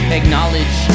acknowledge